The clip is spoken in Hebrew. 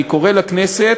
אני קורא לכנסת